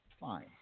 Fine